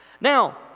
Now